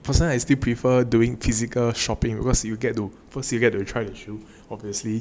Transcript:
personally I still prefer doing physical shopping because you get to firstly you get to try the shoe obviously